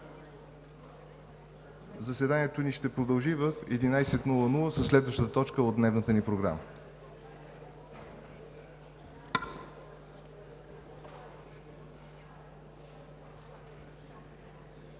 Заседанието ни ще продължи в 11,00 ч. със следващата точка от дневната ни програма.